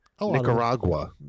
Nicaragua